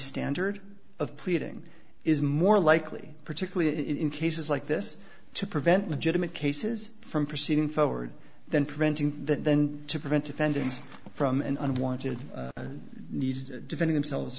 standard of pleading is more likely particularly in cases like this to prevent legitimate cases from proceeding forward than preventing that than to prevent offending from an unwanted beast defending themselves